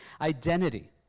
identity